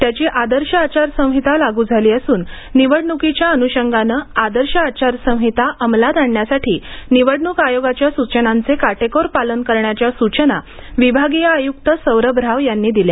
त्याची आदर्श आचारसंहिता लागू झाली असून निवडणुकीच्या अनुषंगाने आदर्श आचारसंहिता अंमलात आणण्यासाठी निवडणूक आयोगाच्या सूचनांचे काटेकोर पालन करण्याच्या सूचना विभागीय आयुक्त सौरभ यांनी दिल्या